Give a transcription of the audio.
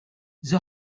the